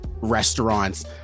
restaurants